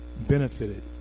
benefited